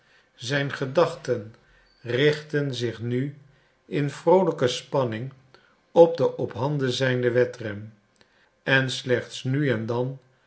zijn gedachten richtten zich nu in vroolijke spanning op den ophanden zijnden wedren en slechts nu en dan